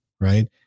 right